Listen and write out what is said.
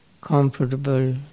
comfortable